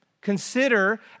Consider